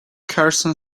carson